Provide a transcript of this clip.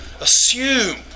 assume